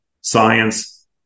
science